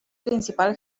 principal